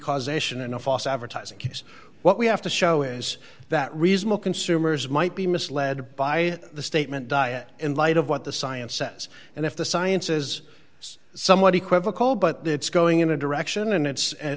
causation in a false advertising case what we have to show is that reasonable consumers might be misled by the statement diet in light of what the science says and if the science is somewhat equivocal but that it's going in a direction and it's